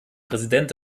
präsident